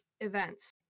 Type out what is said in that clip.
events